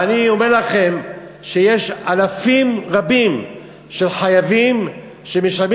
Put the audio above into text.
ואני אומר לכם שיש אלפים רבים של חייבים שמשלמים